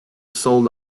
sold